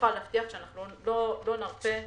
אני יכולה להבטיח שלא נרפה,